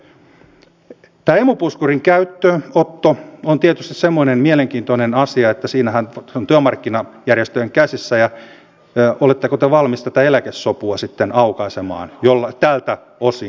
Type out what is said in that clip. tämä emu puskurin käyttöönotto on tietysti semmoinen mielenkiintoinen asia että sehän on työmarkkinajärjestöjen käsissä ja oletteko te valmis tätä eläkesopua sitten aukaisemaan tältä osin